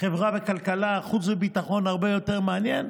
מחברה וכלכלה, חוץ וביטחון הרבה יותר מעניין.